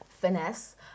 finesse